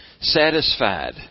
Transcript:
satisfied